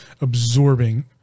absorbing